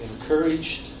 encouraged